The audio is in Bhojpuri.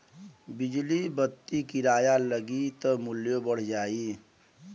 बिजली बत्ति किराया लगी त मुल्यो बढ़ जाई